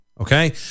Okay